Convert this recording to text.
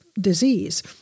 disease